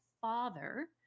father